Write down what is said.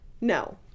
No